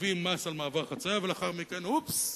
קובעים מס על מעבר חצייה, ולאחר מכן, אופס,